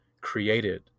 created